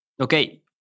Okay